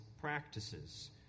practices